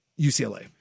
UCLA